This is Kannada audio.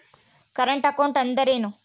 ಕರೆಂಟ್ ಅಕೌಂಟ್ ಅಂದರೇನು?